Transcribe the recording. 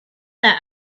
that